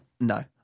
No